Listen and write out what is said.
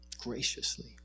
graciously